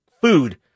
food